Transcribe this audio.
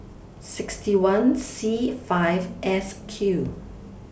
sixty one C five S Q